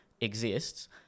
exists